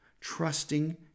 Trusting